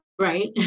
Right